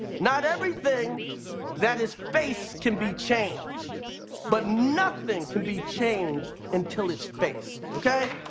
not everything that is faced can be changed but nothing can be changed until it's faced okay